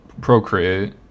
procreate